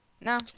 No